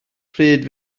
pryd